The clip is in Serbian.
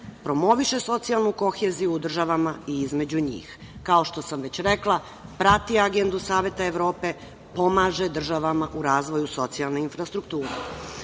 Promoviše socijalnu koheziju u državama i između njih. Kao što sam već rekla, prati agendu Saveta Evrope, pomaže državama u razvoju socijalne infrastrukture.